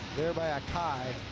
there by akai.